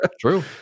True